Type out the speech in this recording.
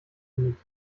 nicht